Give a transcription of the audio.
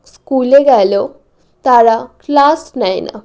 স্কুলে গেলেও তারা ক্লাস নেয় না